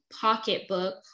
pocketbook